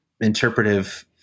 interpretive